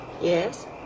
Yes